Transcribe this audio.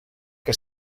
que